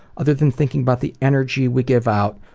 other than thinking about the energy we give out